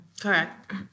Correct